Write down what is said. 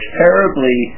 terribly